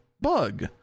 bug